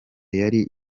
yari